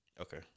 Okay